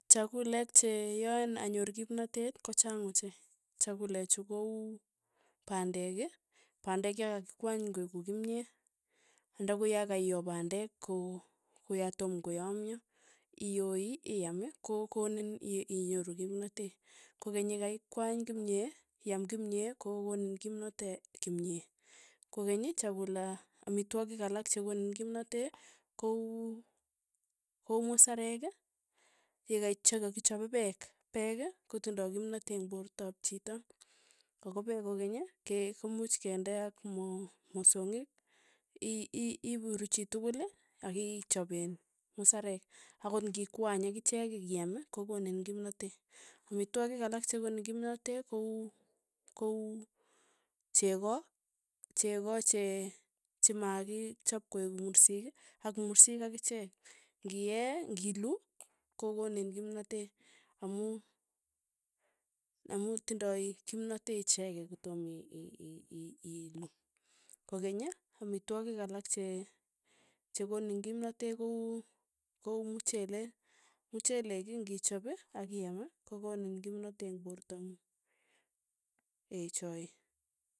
Chakulek che yoen anyor kimnatet ko chang ochei, chakule chu ko uu pandek, pandek ya kakiwany koeku kimyee, anda ko ya ka iioo pandek ko ya tom ko yamyo, ioi, iaam kokonin i- i inyoru kimnatet, kokeny yekaikwany kimnyee iaam kimyee, kokonin kimnate kimyee, kokeny chakula amitwogik alak che konin kimnate ko uu ko uu musarek yeka chakakichape peek. pek kotindoi kimnatee eng' porto ap chito, ako peek kokeny ke komuch ke nde ak mo- mosongik i- i ipuruchi tukul, akichapeen musarek, akot ng'i kwany akichek akiam, ko konin kimnatee, amitwogik alak chekonin kimnatee ko uu ko uu cheko, cheko chee chemakichop koeku mursik, ak mursik akichek, ng'i ee, ng'i luu, ko konin kimnatee, amu amu tindoi kimnatee ichekei ko tom i- i- ilu, kokeny, amitwogik alka che chekonin kimnatee kouu ko uu mchelek. mchelek ii ng'ichop akiyam, kokonin kimnatee eng' porto ng'ung, choe.